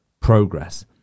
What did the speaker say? progress